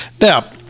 Now